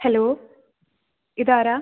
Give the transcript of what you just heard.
hello ഇതാരാണ്